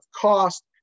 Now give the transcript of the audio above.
cost